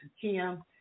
Kim